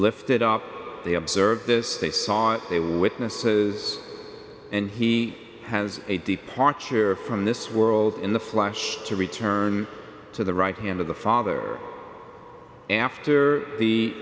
lifted up they observed this they saw it they were witnesses and he has a departure from this world in the flesh to return to the right hand of the father after the